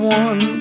one